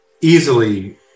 easily